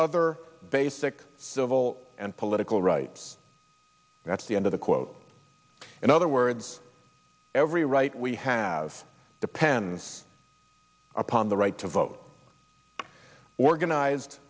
other basic civil and political rights that's the end of the quote in other words every right we have depends upon the right to vote organized